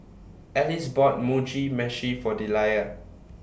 Alice bought Mugi Meshi For Deliah